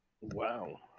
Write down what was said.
Wow